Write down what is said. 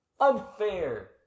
Unfair